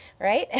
right